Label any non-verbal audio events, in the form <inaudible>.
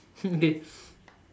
<laughs> okay